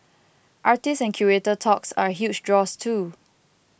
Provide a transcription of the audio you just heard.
artist and curator talks are huge draws too